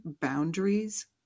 boundaries